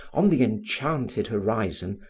on the enchanted horizon,